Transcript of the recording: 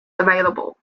available